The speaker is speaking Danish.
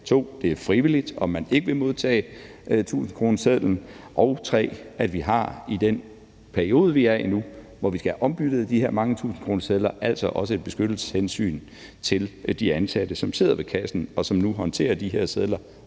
2) Det er frivilligt, om man vil modtage 1.000-kronesedlen. 3) I den periode, vi er i nu, hvor vi skal have ombyttet de her mange 1.000-kronesedler, har vi også et beskyttelseshensyn til de ansatte, som sidder ved kassen, og som nu håndterer de her sedler